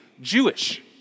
Jewish